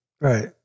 Right